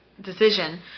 decision